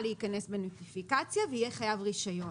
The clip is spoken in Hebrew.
להיכנס בנוטיפיקציה ויהיה חייב רישיון.